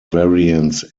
variants